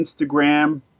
Instagram